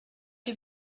que